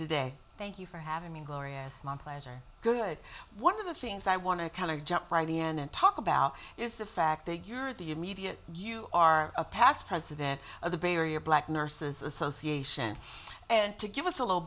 today thank you for having me gloria it's my pleasure good one of the things i want to kind of jump by the end and talk about is the fact that you are the immediate you are a past president of the bay area black nurses association and to give us a little